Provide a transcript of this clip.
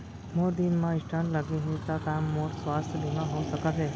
मोर दिल मा स्टन्ट लगे हे ता का मोर स्वास्थ बीमा हो सकत हे?